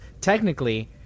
technically